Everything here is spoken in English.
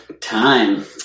Time